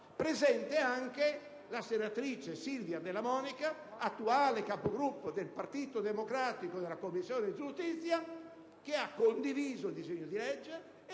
presente anche la senatrice Silvia Della Monica, attuale Capogruppo del Partito Democratico in quella Commissione, che ha condiviso il disegno di legge